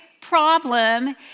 problem